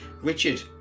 Richard